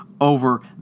over